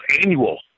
annual